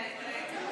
הקראת, הקראת.